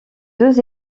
deux